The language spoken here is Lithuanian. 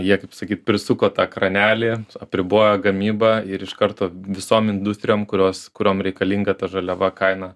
jie kaip sakyt prisuko tą kranelį apribojo gamybą ir iš karto visom industrijom kurios kuriom reikalinga ta žaliava kaina